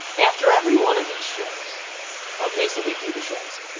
after every one of these shows okay so we do this shows